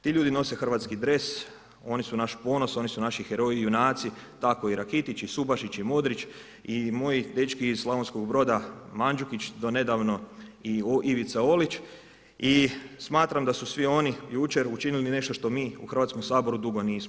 Ti ljudi nose hrvatski dres, oni su naš ponos, oni su naši heroji, junaci, tako i Rakitić, Subašić i Modrić i moji dečki iz Slavonskog Broda Mandžukić do nedavno i Ivica Olić i smatram da su svi oni jučer učinili nešto što mi u Hrvatskom saboru dugo nismo.